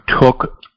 took